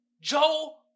Joe